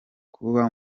kuba